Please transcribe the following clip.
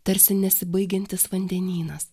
tarsi nesibaigiantis vandenynas